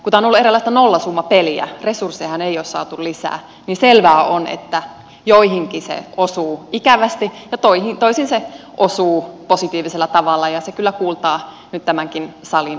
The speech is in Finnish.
kun tämä on ollut eräänlaista nollasummapeliä resurssejahan ei ole saatu lisää niin selvää on että joihinkin se osuu ikävästi ja toisiin se osuu positiivisella tavalla ja se kyllä kuultaa nyt tämänkin salin puheenvuoroista